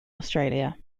australia